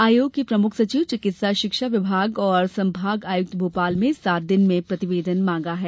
आयोग के प्रमुख सचिव चिकित्सा शिक्षा विभाग और संभाग आयुक्त भोपाल से सात दिन में प्रतिवेदन मांगा है